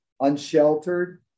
unsheltered